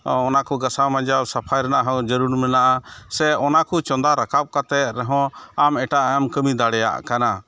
ᱚᱱᱟ ᱠᱚ ᱜᱟᱥᱟᱣ ᱢᱟᱡᱟᱣ ᱥᱟᱯᱷᱟᱭ ᱨᱮᱱᱟᱜ ᱦᱚᱸ ᱡᱟᱹᱨᱩᱲ ᱢᱮᱱᱟᱜᱼᱟ ᱥᱮ ᱚᱱᱟ ᱠᱚ ᱪᱚᱸᱫᱟ ᱨᱟᱠᱟᱵᱽ ᱠᱟᱛᱮᱫ ᱨᱮᱦᱚᱸ ᱟᱢ ᱮᱴᱟᱜᱼᱟᱜ ᱮᱢ ᱠᱟᱹᱢᱤ ᱫᱟᱲᱮᱭᱟᱜ ᱠᱟᱱᱟ